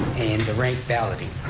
and the ranked balloting.